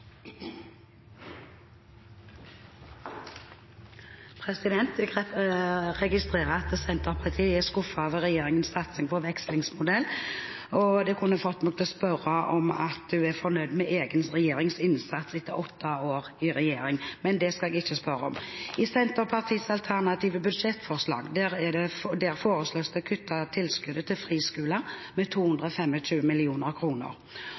skuffet over regjeringens satsing på vekslingsmodell. Det kunne fått meg til å spørre om representanten er fornøyd med sin egen regjerings innsats etter åtte år i regjering, men det skal jeg ikke spørre om. I Senterpartiets alternative budsjettforslag foreslås det å kutte tilskuddet til friskoler med